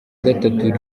gatatu